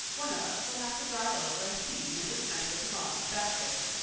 one of us will have to drive over and see mrs. spencer tomorrow, that's certain.